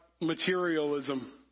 materialism